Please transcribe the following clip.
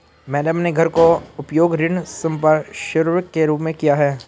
मैंने अपने घर का उपयोग ऋण संपार्श्विक के रूप में किया है